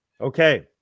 Okay